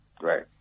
Right